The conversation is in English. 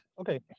Okay